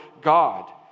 God